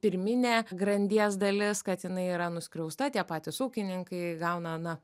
pirminė grandies dalis kad jinai yra nuskriausta tie patys ūkininkai gauna na